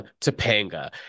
Topanga